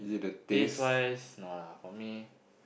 taste wise no lah for me